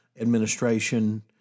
administration